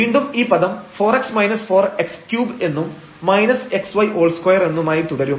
വീണ്ടും ഈ പദം 4 x 4 x3 എന്നും 2 എന്നുമായി തുടരും